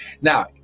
Now